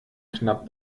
knapp